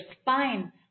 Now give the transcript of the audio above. spine